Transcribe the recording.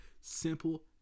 simple